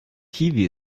kiwi